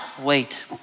Wait